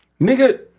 Nigga